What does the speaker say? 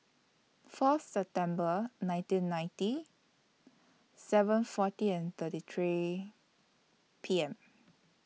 Fourth September nineteen ninety seven forty and thirty three P M